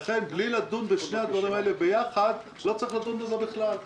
לכן בלי לדון בשני הדברים האלה ביחד לא צריך לדון בזה בכלל.